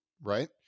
right